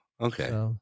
Okay